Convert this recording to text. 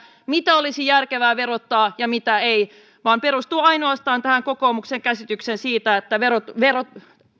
mitä olisi järkevää verottaa ja mitä ei vaan perustuen ainoastaan kokoomuksen käsitykseen siitä että verot verot